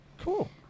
Cool